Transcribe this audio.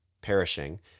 perishing